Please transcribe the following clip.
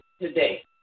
today